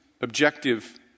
objective